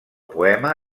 poema